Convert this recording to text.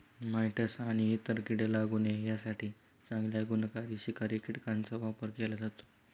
mites आणि इतर कीडे लागू नये यासाठी चांगल्या गुणकारी शिकारी कीटकांचा वापर केला जातो